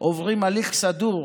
עוברים הליך סדור